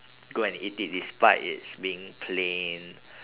go and eat it despite it's being plain